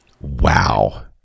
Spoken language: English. wow